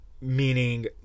meaning